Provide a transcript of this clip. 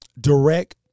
direct